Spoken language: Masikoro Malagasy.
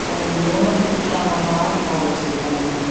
Manognona fikotragna maro araky ze hainao.